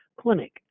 clinic